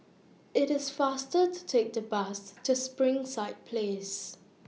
IT IS faster to Take The Bus to Springside Place